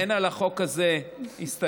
אני אומר: אין לחוק הזה הסתייגויות,